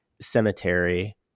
cemetery